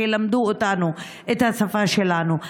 שילמדו אותנו את השפה שלנו.